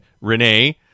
Renee